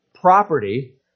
property